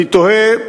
אני תוהה,